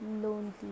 lonely